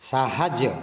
ସାହାଯ୍ୟ